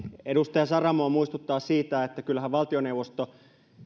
edustaja saramoa muistuttaa siitä että kyllähän valtioneuvosto